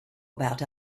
about